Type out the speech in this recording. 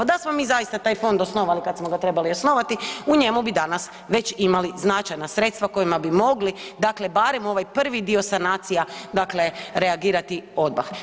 Da smo mi zaista taj fond osnovali kad smo ga trebali osnovali u njemu bi danas već imali značajna sredstava kojima bi mogli dakle barem ovaj prvi dio sanacija dakle reagirati odmah.